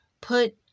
put